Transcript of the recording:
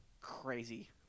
crazy